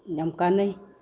ꯌꯥꯝ ꯀꯥꯟꯅꯩ